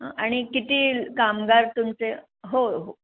आणि किती कामगार तुमचे होय हो